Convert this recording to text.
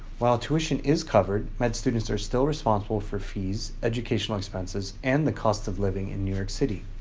while tuition is covered, med students are still responsible for fees, educational expenses, and the cost of living in new york city.